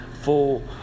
full